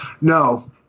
No